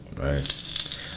Right